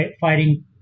fighting